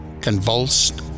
convulsed